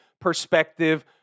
perspective